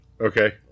Okay